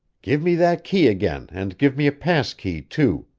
give me that key again and give me a pass key, too,